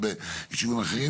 גם ביישובים אחרים.